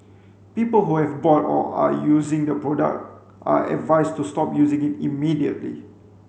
people who have bought or are using the product are advised to stop using it immediately